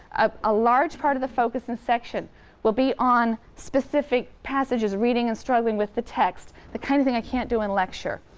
ah a large part of the focus in section will be on specific passages, reading and struggling with the text, the kind of thing i can't do in lecture.